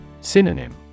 Synonym